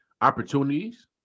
opportunities